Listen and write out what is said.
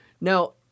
Now